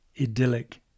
idyllic